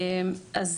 אז